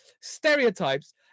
stereotypes